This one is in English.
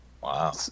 wow